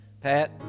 Pat